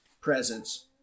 presence